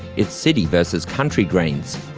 it's city versus country greens.